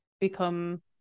become